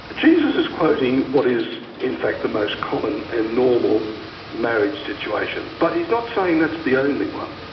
jesus is quoting what is in fact the most common and normal marriage situation. but he's not saying that's the only one.